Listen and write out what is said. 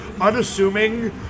unassuming